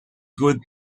good